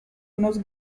unos